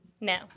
No